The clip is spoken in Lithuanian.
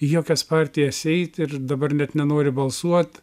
jokias partijas eit ir dabar net nenori balsuot